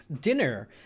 Dinner